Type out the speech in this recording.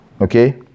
okay